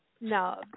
No